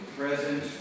Present